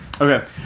Okay